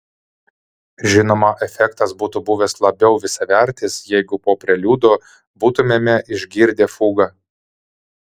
žinoma efektas būtų buvęs labiau visavertis jeigu po preliudo būtumėme išgirdę fugą